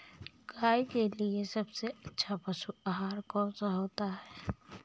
गाय के लिए सबसे अच्छा पशु आहार कौन सा है?